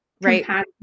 right